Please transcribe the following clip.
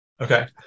Okay